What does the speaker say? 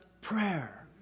prayer